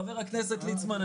חבר הכנסת ליצמן,